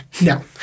no